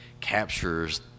captures